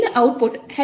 இந்த output hello